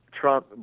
Trump